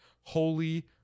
holy